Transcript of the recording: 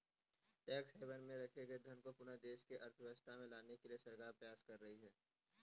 tax haven में रखे गए धन को पुनः देश की अर्थव्यवस्था में लाने के लिए सरकार प्रयास कर रही है